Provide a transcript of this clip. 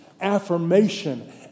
affirmation